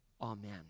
Amen